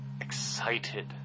excited